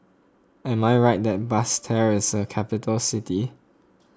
am I right that Basseterre is a capital city